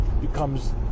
becomes